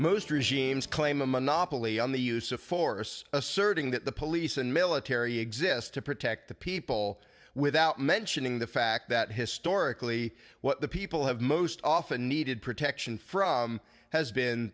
most regimes claim a monopoly on the use of force asserting that the police and military exist to protect the people without mentioning the fact that historically what the people have most often needed protection from has been